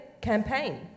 campaign